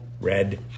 red